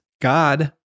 God